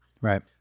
Right